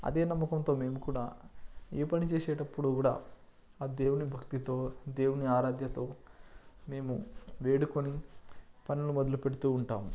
అదే నమ్మకంతో మేము కూడా ఏ పని చేసేటప్పుడు కూడా ఆ దేవుని భక్తితో దేవుని ఆరాధ్యతో మేము వేడుకొని పనులు మొదలు పెడుతు ఉంటాం